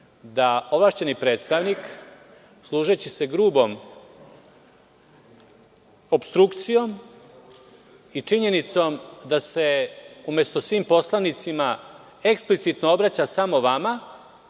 da ovlašćeni predstavnik služeći se grubom opstrukcijom i činjenicom da se umesto svim poslanicima eksplicitno obraća samo vama,